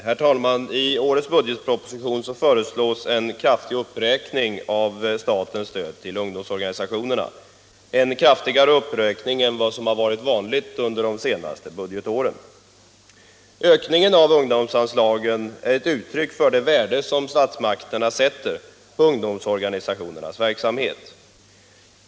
Herr talman! I årets budgetproposition föreslås en kraftig uppräkning av statens stöd till ungdomsorganisationerna, en kraftigare uppräkning än vad som har varit vanligt under de senaste budgetåren. Ökningen av ungdomsanslagen är ett uttryck för det värde som statsmakterna sätter på ungdomsorganisationernas verksamhet.